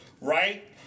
right